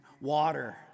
Water